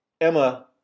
Emma